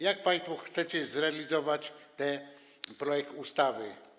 Jak państwo chcecie zrealizować ten projekt ustawy?